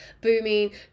booming